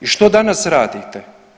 I što danas radite?